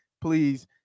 please